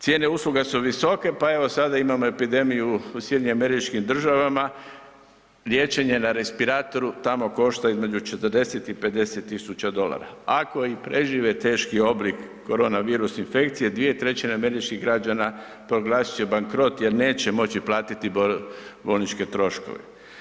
Cijene usluga su visoke, pa evo sada imamo epidemiju u SAD-u, liječenje na respiratoru tamo košta između 40 i 50 000 dolara, ako i prežive teški oblik koronavirus infekcije, 2/3 američkih građana proglasit će bankrot jer neće moći platiti bolničke troškove.